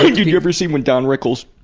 did did you ever see when don rickles,